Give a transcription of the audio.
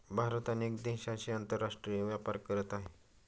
भारत अनेक देशांशी आंतरराष्ट्रीय व्यापार करत आहे